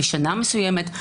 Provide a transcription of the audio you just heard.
בשנה מסוימת.